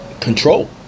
control